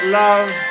love